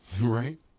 Right